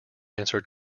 answered